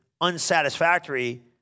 unsatisfactory